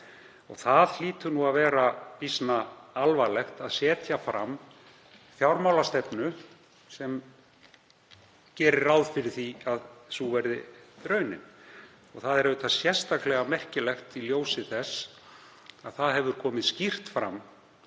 Það hlýtur að vera býsna alvarlegt að setja fram fjármálastefnu sem gerir ráð fyrir því að sú verði raunin. Það er sérstaklega merkilegt í ljósi þess að það hefur komið skýrt fram